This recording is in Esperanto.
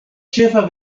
ĉefa